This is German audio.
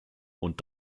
und